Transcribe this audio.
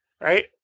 right